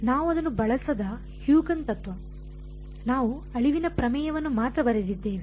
ನಾವು ಅದನ್ನು ಬಳಸದ ಹ್ಯೂಜೆನ್ಸ್ ತತ್ವ ನಾವು ಅಳಿವಿನ ಪ್ರಮೇಯವನ್ನು ಮಾತ್ರ ಬರೆದಿದ್ದೇವೆ